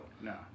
No